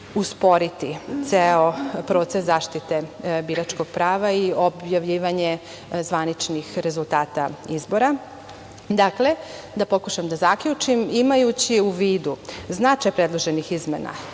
usporiti ceo proces zaštite biračkog prava i objavljivanje zvaničnih rezultata izbora. Dakle, da pokušam da zaključim. Imajući u vidu značaj predloženih izmena,